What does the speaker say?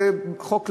זה חוק כללי,